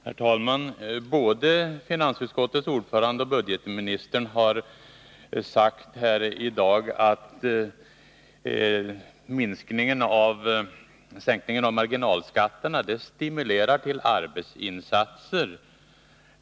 Herr talman! Både finansutskottets ordförande och budgetministern har sagt här i dag att sänkningen av marginalskatterna stimulerar till arbetsinsatser.